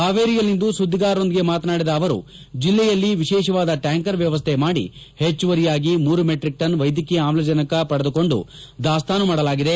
ಹಾವೇರಿಯಲ್ಲಿಂದು ಸುದ್ದಿಗಾರರೊಂದಿಗೆ ಮಾತನಾಡಿದ ಸಚಿವರು ಜಿಲ್ಲೆಯಲ್ಲಿ ವಿಶೇಷವಾದ ಣ್ಯಾಂಕರ್ ವ್ಯವಸ್ಥೆ ಮಾಡಿ ಹೆಚ್ಚುವರಿಯಾಗಿ ಮೂರು ಮೆಟ್ರಿಕ್ ಪಡೆದುಕೊಂಡು ದಾಸ್ತಾನು ಮಾಡಲಾಗಿದೆ